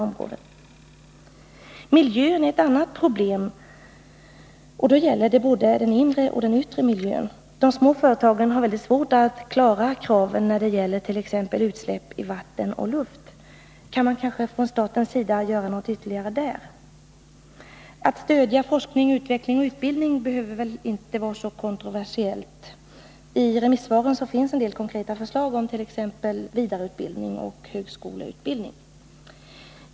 Miljön är ett annat problem, och då gäller det både den inre och den yttre miljön. De små företagen har mycket svårt att klara kraven när det gäller t.ex. utsläpp i vatten och luft. Kan staten göra något ytterligare på detta område? Att stödja forskning, utveckling och utbildning behöver väl inte vara så kontroversiellt. I remissvaren finns det vissa konkreta förslag om t.ex. vidareutbildning och högskoleutbildning.